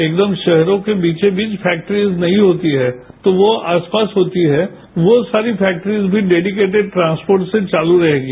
एकदम शहरों के बीचोंबीच फैक्ट्रीज नहीं होती है तो वो आसपास होती है वो सारी फैक्ट्रीज भी डेडीकेटेड ट्रांसपोर्ट से चालू रहेगी